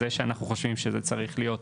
זה שאנחנו חושבים שזה צריך להיות